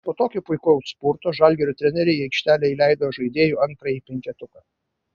po tokio puikaus spurto žalgirio treneriai į aikštelę įleido žaidėjų antrąjį penketuką